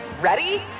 Ready